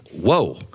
whoa